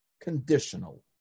conditional